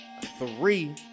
three